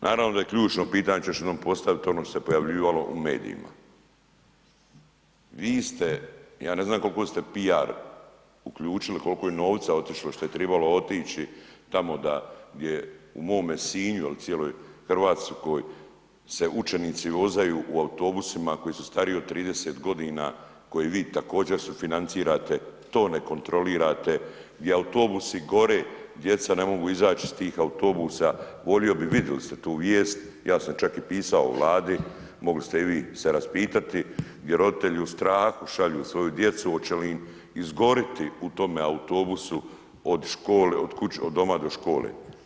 Naravno da je ključno pitanje, ja ću još jednom postavit ono što se pojavljivalo u medijima, vi ste, ja ne znam kolko ste piar uključili, kolko je novca otišlo što je tribalo otići tamo da, gdje u mome Sinju, a i u cijeloj RH se učenici vozaju u autobusima koji su stariji od 30.g. koji vi također sufinancirate, to ne kontrolirate gdje autobusi gore, djeca ne mogu izaći iz tih autobusa, volio bi, vidili ste tu vijest, ja sam čak i pisao Vladi, mogli ste i vi se raspitati, gdje roditelji u strahu šalju svoju djecu oće li im izgoriti u tome autobusu od škole, od kuće, od doma do škole.